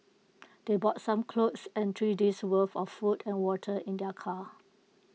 they brought some clothes and three days' worth of food and water in their car